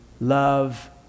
love